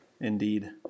Indeed